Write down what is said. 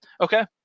Okay